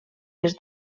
les